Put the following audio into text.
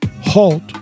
halt